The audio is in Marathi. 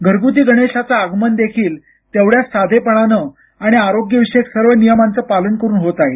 घरगुती गणेशाचं आगमन देखील तेवढ्याच साधेपणानं आणि आरोग्यविषयक सर्व नियमांचं पालन करूनच होत आहे